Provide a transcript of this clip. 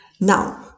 Now